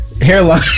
hairline